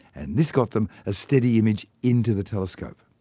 and this got them a steady image into the telescope.